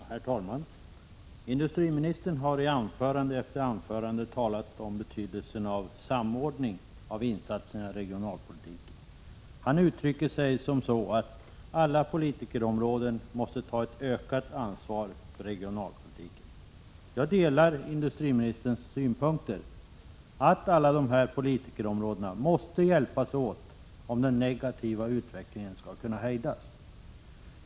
Herr talman! Industriministern har i anförande efter anförande talat om betydelsen av samordning av insatserna i regionalpolitiken. Han uttrycker sig så att alla politikområden måste ta ett ökat ansvar för regionalpolitiken. Jag delar industriministerns synpunkter att alla politikområden måste hjälpas åt, om den negativa utvecklingen skall kunna hejdas.